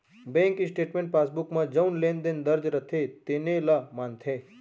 bank statement passbook म जउन लेन देन दर्ज रथे तेने ल मानथे